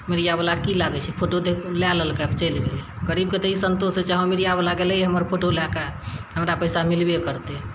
मीडियावला के की लागय छै फोटो देख कऽ लए ललकय चलि गेलय गरीबके तऽ ई सन्तोष होइ छै हमर मीडियावला गेलय हमर फोटो लए कऽ हमरा पैसा मिलबे करतय